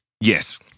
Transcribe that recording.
yes